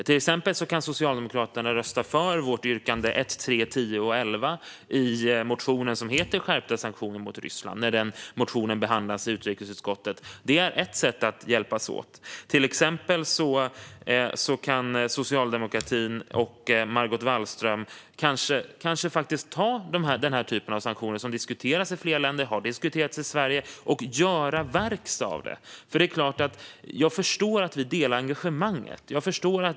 Till exempel kan Socialdemokraterna rösta för våra yrkanden 1, 3, 10 och 11 i motionen som heter Skärpta sanktioner mot Ryssland när den motionen behandlas i utrikesutskottet. Det är ett sätt att hjälpas åt. Till exempel kan socialdemokratin och Margot Wallström ta den typ av sanktioner som diskuteras i flera länder och har diskuterats i Sverige och göra verkstad av dem. Jag förstår att vi delar engagemanget.